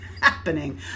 happening